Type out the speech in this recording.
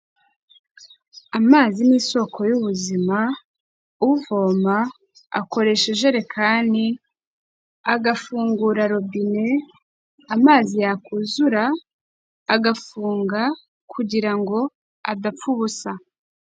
Amazi n'isoko y'ubuzima, uvoma akoresha ijerekani, agafungura robine amazi yakuzura agafunga kugira ngo adapfa ubusa.